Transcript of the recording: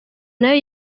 nayo